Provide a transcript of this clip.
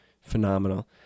phenomenal